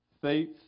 faith